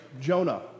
Jonah